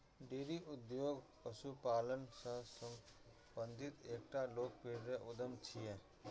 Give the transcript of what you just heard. dairy उद्योग पशुपालन सं संबंधित एकटा लोकप्रिय उद्यम छियै